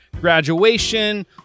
graduation